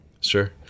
Sure